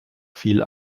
viel